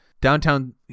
Downtown